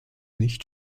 nicht